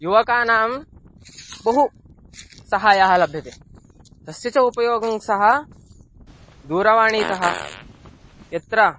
युवकानां बहु सहायः लभ्यते तस्य च उपयोगं सः दूरवाणीतः यत्र